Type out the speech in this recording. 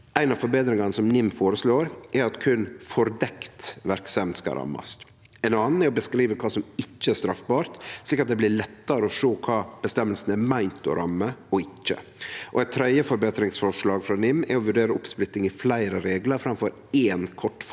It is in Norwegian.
Ei av forbetringane som NIM føreslår, er at berre fordekt verksemd skal rammast. Ei anna er å beskrive kva som ikkje er straffbart, slik at det blir lettare å sjå kva regelen er meint å ramme og ikkje. Eit tredje forbetringsforslag frå NIM er å vurdere oppsplitting i fleire reglar framfor éin kortfatta